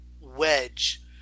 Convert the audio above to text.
wedge